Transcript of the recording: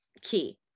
key